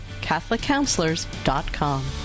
catholiccounselors.com